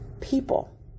people